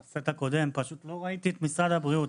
בסט הקודם לא ראיתי את משרד הבריאות.